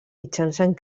mitjançant